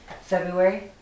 February